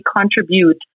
contribute